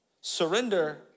Surrender